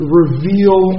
reveal